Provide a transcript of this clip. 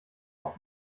auch